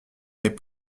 mes